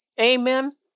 Amen